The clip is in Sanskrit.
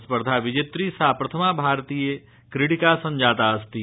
स्पर्धा विजेत्री सा प्रथमा भारतीय क्रीडिका सब्जाताऽस्ति